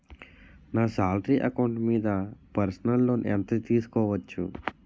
నా salary account మీద personal loan ఎంత తీసుకోవచ్చు?